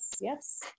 yes